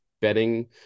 betting